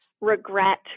regret